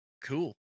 cool